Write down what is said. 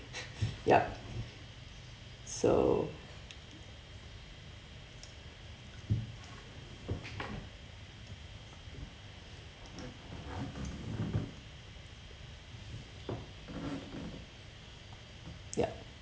yup so yup